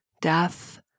death